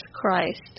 Christ